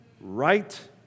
right